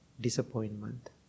disappointment